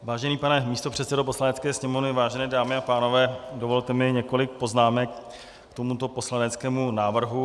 Vážený pane místopředsedo Poslanecké sněmovny, vážené dámy a pánové, dovolte mi několik poznámek k tomuto poslaneckému návrhu.